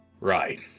Right